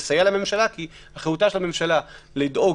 לסייע לממשלה כי אחריותה של הממשלה לדאוג